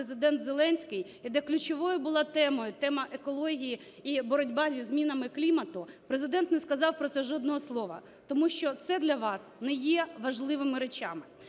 Президент Зеленський, і де ключовою була тема – тема екології і боротьбі зі зміною клімату, Президент не сказав про це жодного слова, тому що це для вас не є важливими речами.